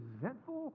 resentful